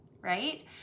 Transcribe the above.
right